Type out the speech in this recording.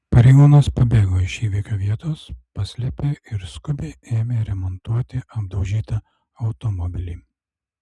pareigūnas pabėgo iš įvykio vietos paslėpė ir skubiai ėmė remontuoti apdaužytą automobilį